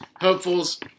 Hopefuls